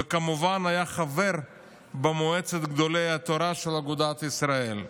וכמובן היה חבר במועצת גדולי התורה של אגודת ישראל.